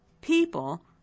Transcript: people